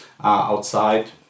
outside